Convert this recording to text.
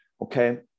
Okay